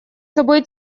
собой